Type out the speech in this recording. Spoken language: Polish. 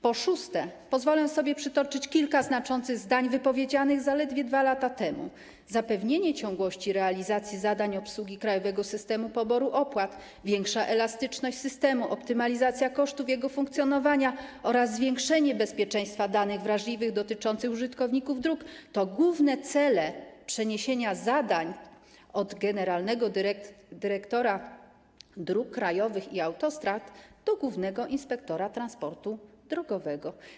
Po szóste, pozwolę sobie przytoczyć kilka znaczących zdań wypowiedzianych zaledwie 2 lata temu: zapewnienie ciągłości realizacji zadań obsługi Krajowego Systemu Poboru Opłat, większa elastyczność systemu, optymalizacja kosztów jego funkcjonowania oraz zwiększenie bezpieczeństwa danych wrażliwych dotyczących użytkowników dróg - to główne cele przeniesienia zadań od generalnego dyrektora dróg krajowych i autostrad do głównego inspektora transportu drogowego.